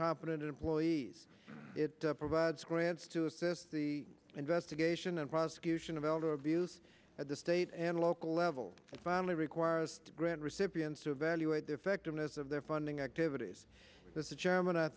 competent employees it provides grants to assist the investigation and prosecution of elder abuse at the state and local level finally requires grant recipients to evaluate the effectiveness of their funding activities that's a chairman